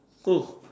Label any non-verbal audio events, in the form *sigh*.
*noise*